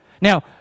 Now